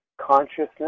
consciousness